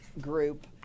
group